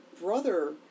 brother